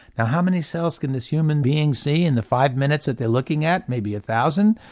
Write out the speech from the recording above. now how many cells can this human being see in the five minutes that they are looking at, maybe a thousand,